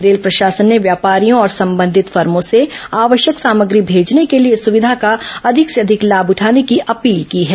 rail प्रशासन ने व्यापारियों और संबंधित फर्मो से आवश्यक सामग्री भेजने के लिए इस सुविधा का अधिक से अधिक लाभ उठाने की अपील की है